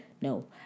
No